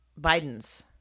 Bidens